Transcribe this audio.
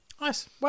Nice